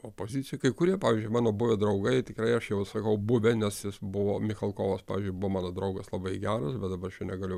opozicijoj kai kurie pavyzdžiui mano buvę draugai tikrai aš jau sakau buvę nes jis buvo michalkovas pavyzdžiui buvo mano draugas labai geras bet dabar aš jo negaliu